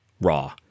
Raw